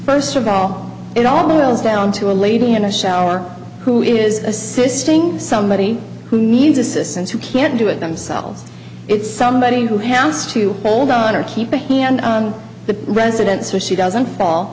first of all it all boils down to a lady in the shower who is assisting somebody who needs assistance who can't do it themselves it's somebody who has to hold on or keep the hand on the residents or she doesn't fall